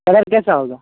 colour کیسا ہوگا